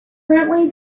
currently